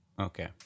Okay